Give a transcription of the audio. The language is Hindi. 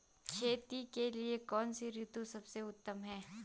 खेती के लिए कौन सी ऋतु सबसे उत्तम है?